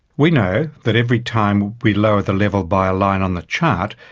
we know that every time we lower the level by a line on the chart,